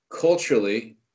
culturally